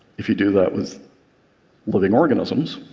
if you do that with living organisms,